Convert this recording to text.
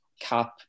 Cap